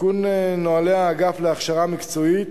תיקון נוהלי האגף להכשרה מקצועית.